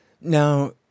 now